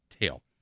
tail